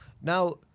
Now